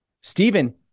Stephen